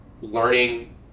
learning